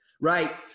Right